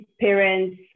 parents